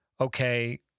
okay